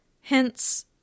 Hence